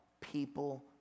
People